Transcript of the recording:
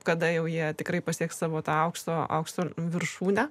kada jau jie tikrai pasieks savo tą aukso aukso viršūnę